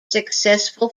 successful